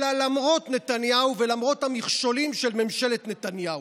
אלא למרות נתניהו ולמרות המכשולים של ממשלת נתניהו.